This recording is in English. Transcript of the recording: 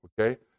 Okay